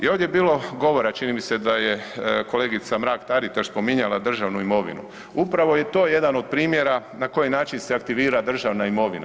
I ovdje je bilo govora, čini mi se da je kolegica Mrak-Taritaš spominjala državnu imovinu, upravo je to jedan od primjera na koji način se aktivira državna imovina.